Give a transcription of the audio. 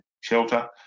shelter